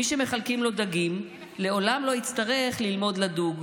מי שמחלקים לו דגים לעולם לא יצטרך ללמוד לדוג.